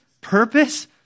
purpose